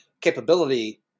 capability